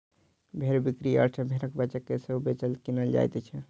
भेंड़ बिक्री यार्ड सॅ भेंड़क बच्चा के सेहो बेचल, किनल जाइत छै